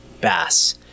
bass